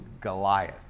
Goliath